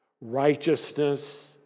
righteousness